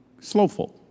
slowful